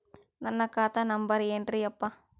ನನ್ನ ಖಾತಾ ನಂಬರ್ ಏನ್ರೀ ಯಪ್ಪಾ?